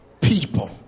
people